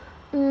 mm